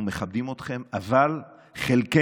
אנחנו מכבדים אתכן, אבל חלקנו